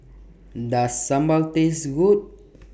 Does Sambal Taste Good